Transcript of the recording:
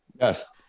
Yes